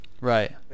Right